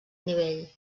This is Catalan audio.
nivell